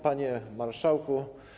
Panie Marszałku!